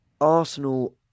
Arsenal